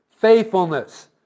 faithfulness